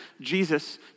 Jesus